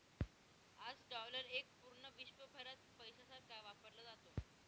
आज डॉलर एक पूर्ण विश्वभरात पैशासारखा वापरला जातो